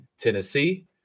Tennessee